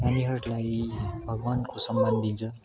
नानीहरूलाई भगवान्को सम्मान दिन्छ